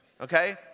Okay